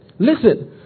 Listen